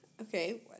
Okay